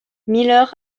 miller